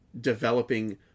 developing